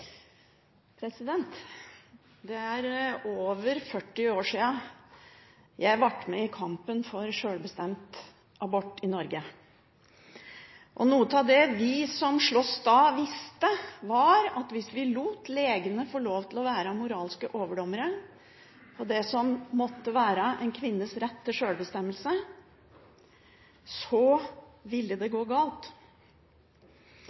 over 40 år siden jeg ble med i kampen for sjølbestemt abort i Norge. Noe av det vi som sloss da, visste, var at hvis vi lot legene få lov til å være moralske overdommere for det som måtte være en kvinnes rett til sjølbestemmelse, ville det